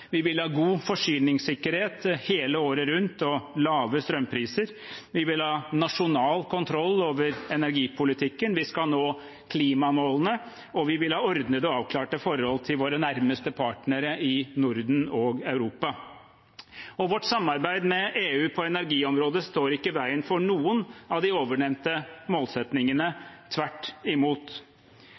Vi vil ha god forsyningssikkerhet hele året rundt og lave strømpriser. Vi vil ha nasjonal kontroll over energipolitikken. Vi skal nå klimamålene. Vi vil ha ordnede og avklarte forhold til våre nærmeste partnere i Norden og Europa. Vårt samarbeid med EU på energiområdet står ikke i veien for noen av de ovennevnte målsetningene – tvert imot.